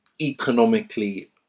economically